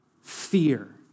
fear